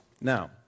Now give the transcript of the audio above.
Now